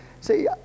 see